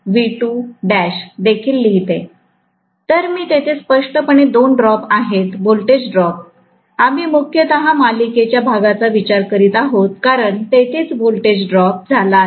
तर तेथे स्पष्ट पणे दोन ड्रॉप आहेत व्होल्टेज ड्रॉप आम्ही मुख्यत मालिकेच्या भागाचा विचार करीत आहोत कारण तेथेच व्होल्टेज ड्रॉप झालाआहे